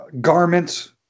garments